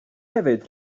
hefyd